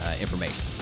information